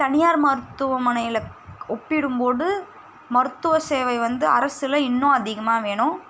தனியார் மருத்துவமனைகளை ஒப்பிடும் போது மருத்துவ சேவை வந்து அரசில் இன்னும் அதிகமாக வேணும்